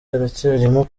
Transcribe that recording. haracyarimo